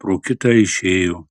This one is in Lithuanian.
pro kitą išėjo